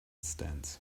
stands